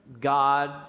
God